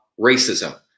racism